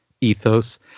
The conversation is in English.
ethos